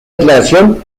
declaración